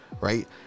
right